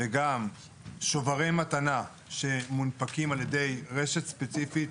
וגם שוברי מתנה שמונפקים על ידי רשת ספציפית,